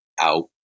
out